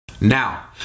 Now